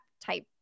type